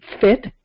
fit